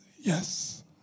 Yes